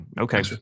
okay